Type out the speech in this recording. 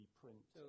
print